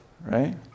right